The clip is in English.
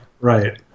Right